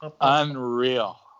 unreal